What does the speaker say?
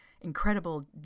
incredible